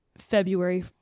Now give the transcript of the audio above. February